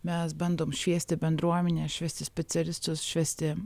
mes bandom šviesti bendruomenę šviesti specialistus šviesti